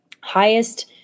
highest